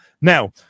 Now